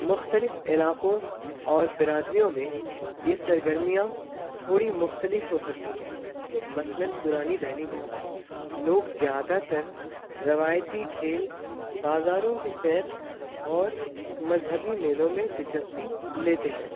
مختلف علاقوں اور برادمیوں میں اس سرگرمیاں تھوڑی مختلف ہو سکتی ہیں مثلاً پرانی دہلی میں لوگ زیادہ تر روایتی کھیل بازاروں کی سیر اور مذہبی میلوں میں دلچسپی لیتے ہیں